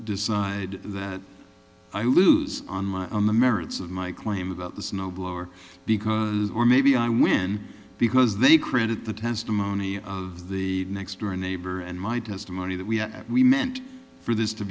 decide that i lose on my on the merits of my claim about the snowblower because or maybe i win because they credit the testimony of the next door neighbor and my testimony that we had that we meant for this to